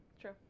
true